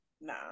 Nah